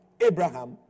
Abraham